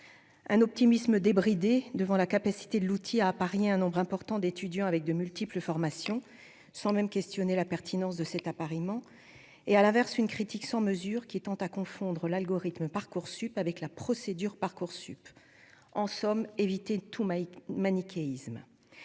un optimisme débridé devant la capacité de l'outil à Paris un nombre important d'étudiants avec de multiples formations sans même questionner la pertinence de cet appariement et à l'inverse, une critique sans mesure qui tend à confondre l'algorithme Parcoursup avec la procédure Parcoursup en somme, éviter tout manichéisme